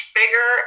bigger